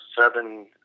seven